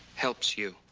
helps you.